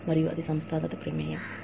మరియు సంస్థాగత ప్రమేయం ఉంది